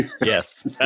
Yes